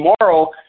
tomorrow